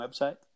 website